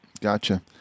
gotcha